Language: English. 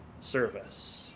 service